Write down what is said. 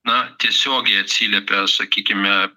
na tiesiogiai atsiliepia sakykime